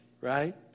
right